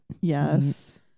Yes